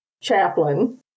chaplain